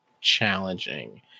challenging